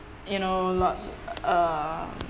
you know lots uh